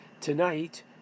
tonight